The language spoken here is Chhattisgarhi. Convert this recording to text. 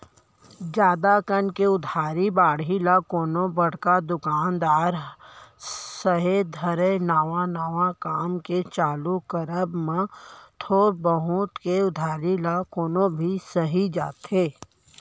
जादा कन के उधारी बाड़ही ल कोनो बड़का दुकानदार ह सेहे धरय नवा नवा काम के चालू करब म थोक बहुत के उधारी ल कोनो भी सहि जाथे